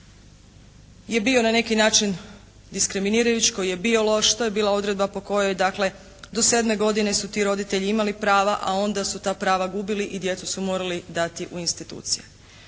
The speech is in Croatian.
je bio na neki način diskriminirajući, koji je bio loš. To je bila odredba po kojoj dakle do sedme godine su ti roditelji imali prava a onda su ta prava gubili i djecu su morali dati u institucije.